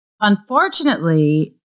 unfortunately-